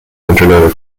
internet